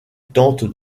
tente